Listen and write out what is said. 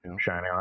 shining